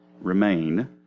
remain